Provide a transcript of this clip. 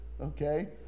okay